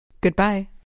Goodbye